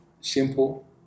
simple